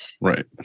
Right